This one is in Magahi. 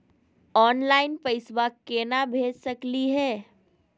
ऑनलाइन पैसवा केना भेज सकली हे?